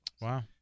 Wow